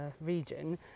region